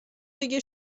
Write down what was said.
دیگه